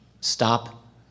stop